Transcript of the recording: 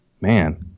man